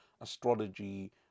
astrology